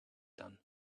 done